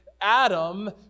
Adam